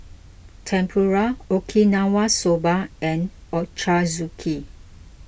Tempura Okinawa Soba and Ochazuke